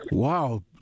Wow